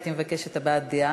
הייתי מבקשת הבעת דעה.